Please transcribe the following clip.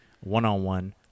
one-on-one